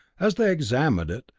as they examined it,